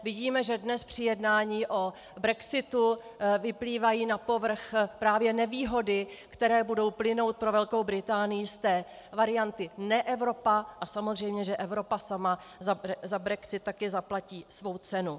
Vidíme, že dnes při jednání o brexitu vyplývají na povrch právě nevýhody, které budou plynout pro Velkou Británii z té varianty neEvropa, a samozřejmě, že Evropa sama za brexit také zaplatí svou cenu.